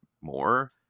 more